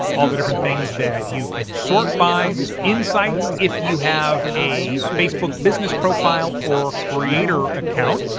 all the different things that you can sort by. insights, if you have a facebook business profile or creator account,